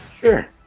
Sure